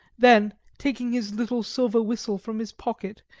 then, taking his little silver whistle from his pocket,